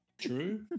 True